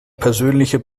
persönliche